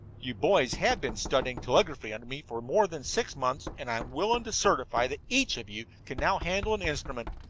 you boys have been studying telegraphy under me for more than six months, and i'm willing to certify that each of you can now handle an instrument.